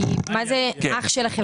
כי מה זה אח של?